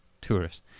tourists